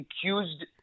accused